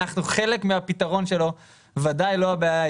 אנחנו חלק מהפתרון שלו ובוודאי לא הבעיה.